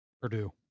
Purdue